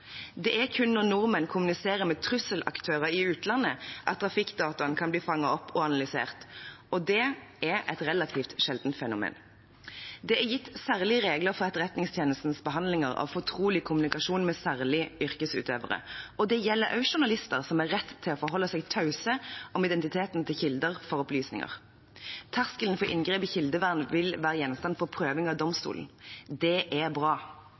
Det er kun når nordmenn kommuniserer med trusselaktører i utlandet at trafikkdataen kan bli fanget opp og analysert, og det er et relativt sjelden fenomen. Det er gitt særlige regler for Etterretningstjenestens behandling av fortrolig kommunikasjon med særlige yrkesutøvere. Det gjelder også journalister, som har rett til å forholde seg tause om identiteten til kilder for opplysninger. Terskelen for inngrep i kildevernet vil være gjenstand for prøving av domstolen. Det er bra.